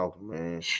man